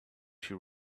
she